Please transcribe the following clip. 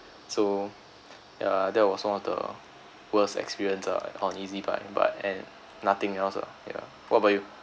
so yeah that was one of the worst experience ah on ezbuy but and nothing else ah yeah what about you